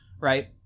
right